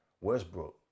Westbrook